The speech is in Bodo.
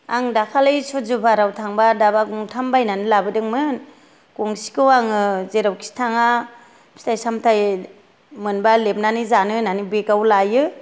आं दाखालै सुर्ज पाहाराव थांबा दाबा गंथाम बायनानै लाबोदोंमोन गंसेखौ आङो जेरावखि थाङा फिथाइ सामथाय मोनबा लेबनानै जानो होन्नानै बेगाव लायो